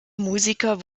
musiker